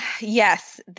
Yes